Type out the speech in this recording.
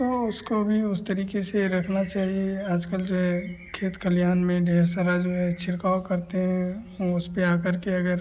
तो उसको भी उस तरीक़े से रखना चाहिए या आजकल जो है खेत खलिहान में ढेर सारा जो है छिड़काव करते हैं उसपर आ करके अगर